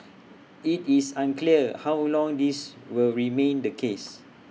IT is unclear how long this will remain the case